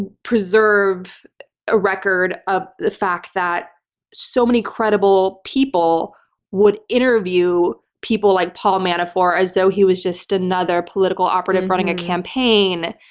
and preserve a record of the fact that so many credible people would interview people like paul manafort as though he were just another political operative running a campaign.